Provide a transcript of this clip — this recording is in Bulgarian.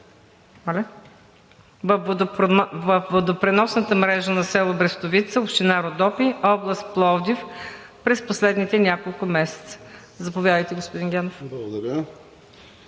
във водопреносната мрежа на село Брестовица, община Родопи, област Пловдив, през последните няколко месеца. Заповядайте, господин Генов. МАНОЛ